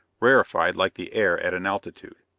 rarefied like the air at an altitude.